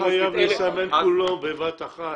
הוא לא חייב לסמן הכול בבת אחת.